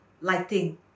lighting